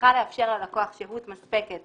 שצריכה לאפשר ללקוח שהות מספקת